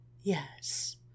Yes